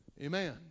Amen